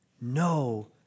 no